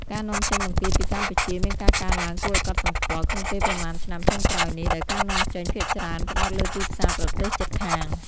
ការនាំចេញបង្គាពីកម្ពុជាមានការកើនឡើងគួរឲ្យកត់សម្គាល់ក្នុងពេលប៉ុន្មានឆ្នាំចុងក្រោយនេះ ដោយការនាំចេញភាគច្រើនផ្តោតលើទីផ្សារប្រទេសជិតខាង។